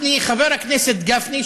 חבר הכנסת גפני,